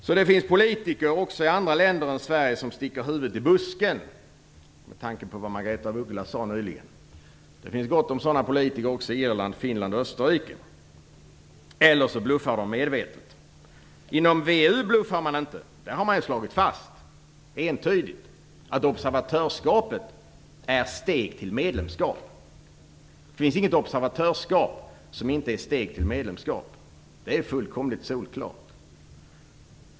Så det finns politiker också i andra länder än Sverige som sticker huvudet i busken - med tanke på vad Margaretha af Ugglas nyligen sade. Det finns gott om sådana politiker också i Irland, Finland och Österrike, eller så bluffar de medvetet. Inom VEU bluffar man inte. Där har man ju entydigt slagit fast att observatörskapet är ett steg till medlemskap. Det finns inte observatörskap som inte är steg till medlemskap. Det är fullkomligt solklart.